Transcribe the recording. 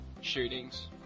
shootings